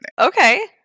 Okay